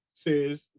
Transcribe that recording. says